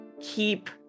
keep